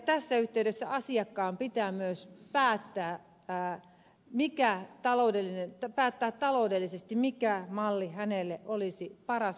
tässä yhteydessä asiakkaan pitää myös päättää taloudellisesti mikä malli hänelle olisi paras vaihtoehto